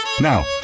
Now